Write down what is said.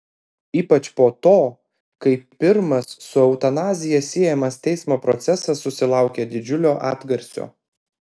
ypač po to kai pirmas su eutanazija siejamas teismo procesas susilaukė didžiulio atgarsio